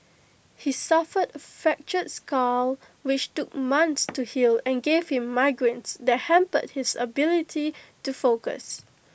he suffered A fractured skull which took months to heal and gave him migraines that hampered his ability to focus